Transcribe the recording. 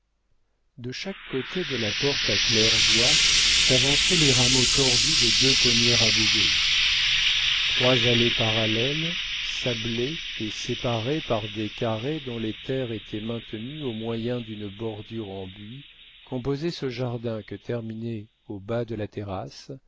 de chaque côté de la porte à claire-voie s'avançaient les rameaux tortus de deux pommiers rabougris trois allées parallèles sablées et séparées par des carrés dont les terres étaient maintenues au moyen d'une bordure en buis composaient ce jardin que terminait au bas de la terrasse